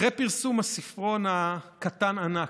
אחרי פרסום הספרון הקטן-ענק,